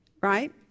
right